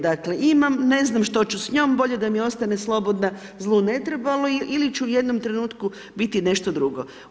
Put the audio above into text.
Dakle, imam, ne znam što ću s njom, bolje da mi ostane slobodna zlu ne trebalo, ili ću u jednom trenutku biti nešto drugo.